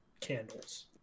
candles